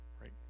right